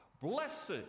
blessed